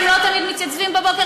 הם לא תמיד מתייצבים בבוקר,